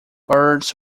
birds